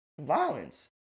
violence